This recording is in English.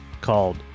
called